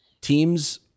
Teams